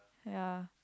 ya